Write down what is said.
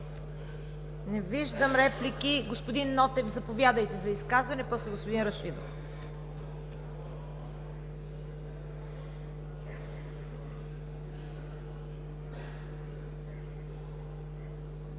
Не виждам. Господин Нотев, заповядайте за изказване, а после е господин Рашидов.